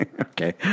Okay